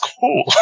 cool